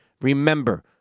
remember